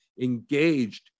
engaged